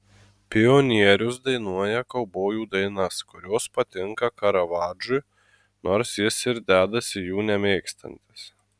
pionierius dainuoja kaubojų dainas kurios patinka karavadžui nors jis ir dedasi jų nemėgstantis